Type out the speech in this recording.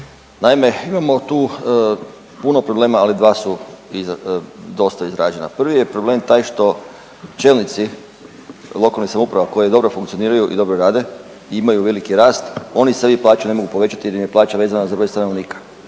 Naime, imamo tu puno problema ali dva su dosta izražena. Prvi je problem taj što čelnici lokalnih samouprava koji dobro funkcioniraju i dobro rade i imaju veliki rast oni sebi plaću ne mogu povećati jer im je plaća vezana za broj stanovnika.